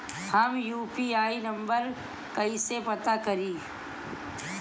हम UPI number कइसे पता करी?